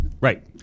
right